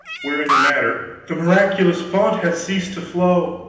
wherein the matter the miraculous fount hath ceased to flow!